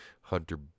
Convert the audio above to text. Hunter